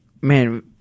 man